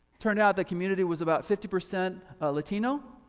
turned out that community was about fifty percent latino,